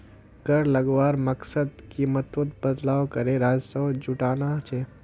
कर लगवार मकसद कीमतोत बदलाव करे राजस्व जुटाना छे